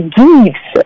gives